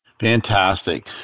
Fantastic